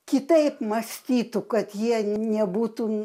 kitaip mąstytų kad jie nebūtų